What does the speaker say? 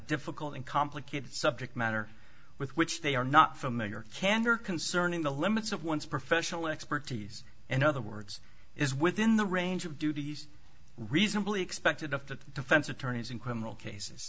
difficult and complicated subject matter with which they are not familiar candor concerning the limits of one's professional expertise in other words is within the range of duties reasonably expected of the defense attorneys in criminal cases